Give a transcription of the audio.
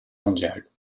mondiale